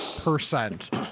percent